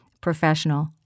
professional –